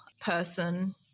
person